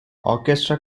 orchestra